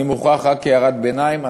אני מוכרח לומר רק הערת ביניים.